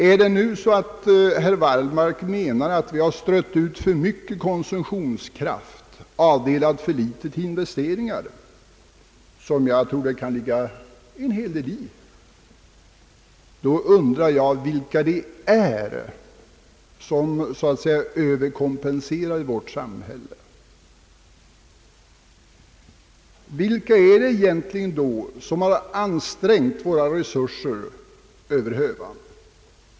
Om herr Wallmark menar att vi har strött ut för mycket konsumtionskraft och avdelat för litet till investeringar — jag tror att det kan ligga en del i det påståendet — undrar jag vilka det är som så att säga överkompenserar i vårt samhälle. Vilka är det egentligen som har ansträngt våra resurser över hövan?